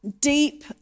deep